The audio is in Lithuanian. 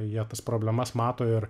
jie tas problemas mato ir